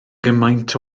gymaint